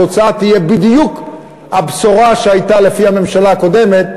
התוצאה תהיה בדיוק הבשורה שהייתה לפי הממשלה הקודמת,